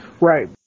Right